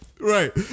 right